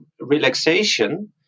relaxation